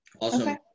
Awesome